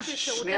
על חבילה